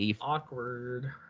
awkward